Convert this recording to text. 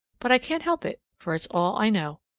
but i can't help it, for it's all i know.